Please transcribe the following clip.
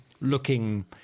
looking